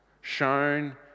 shown